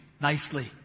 nicely